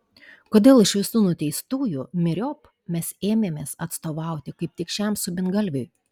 kodėl iš visų nuteistųjų myriop mes ėmėmės atstovauti kaip tik šiam subingalviui